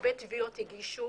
הרבה תביעות הוגשו